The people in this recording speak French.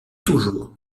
toujours